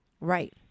Right